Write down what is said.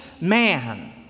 man